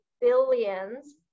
billions